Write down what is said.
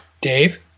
Dave